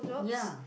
yeah